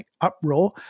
uproar